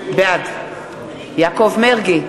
בעד יעקב מרגי,